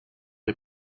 est